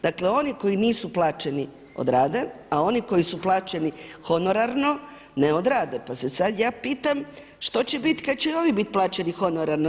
Dakle, oni koji nisu plaćeni odrade, a oni koji su plaćeni honorarno ne odrade pa se sad ja pitam što će biti kad će i oni biti plaćeni honorarno.